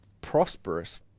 prosperous